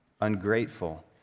ungrateful